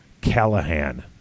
Callahan